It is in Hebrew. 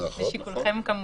לשיקולכם כמובן.